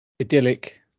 idyllic